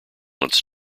once